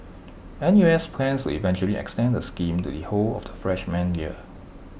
N U S plans to eventually extend the scheme to the whole of the freshman year